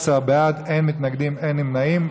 13 בעד, אין מתנגדים ואין נמנעים.